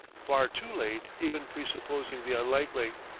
far too late even presupposing the unlikely.